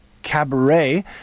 cabaret